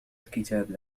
الكتاب